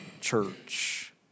church